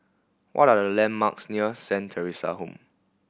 what are the landmarks near Saint Theresa Home